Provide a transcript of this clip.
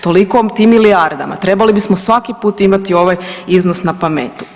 Toliko o tim milijardama, trebali bismo svaki put imati ovaj iznos na pameti.